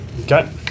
Okay